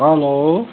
hello